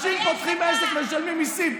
תתבייש אתה.